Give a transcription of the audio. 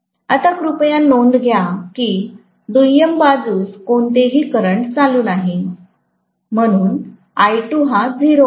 आता कृपया नोंद घ्या की दुय्यम बाजूस कोणतेही करंट चालू नाही म्हणून I2 हा 0 आहे